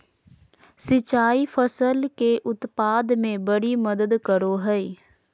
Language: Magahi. सिंचाई फसल के उत्पाद में बड़ी मदद करो हइ